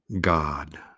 God